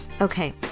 Okay